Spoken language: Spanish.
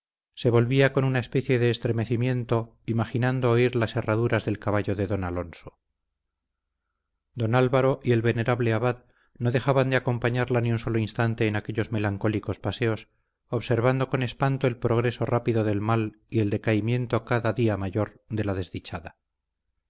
se volvía con una especie de estremecimiento imaginando oír las herraduras del caballo de don alonso don álvaro y el venerable abad no dejaban de acompañarla ni un solo instante en aquellos melancólicos paseos observando con espanto el progreso rápido del mal y el decaimiento cada día mayor de la desdichada